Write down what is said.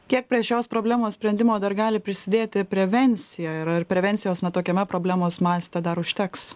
kiek prie šios problemos sprendimo dar gali prisidėti prevencija ir ar prevencijos na tokiame problemos maste dar užteks